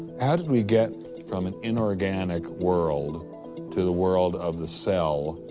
how did we get from an inorganic world to the world of the cell?